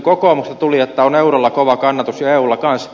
kokoomuksesta tuli että on eurolla kova kannatus ja eulla kanssa